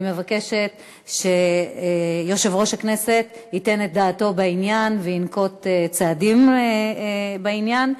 אני מבקשת שיושב-ראש הכנסת ייתן את דעתו בעניין וינקוט צעדים בעניין.